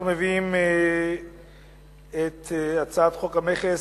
אנחנו מביאים את הצעת חוק המכס,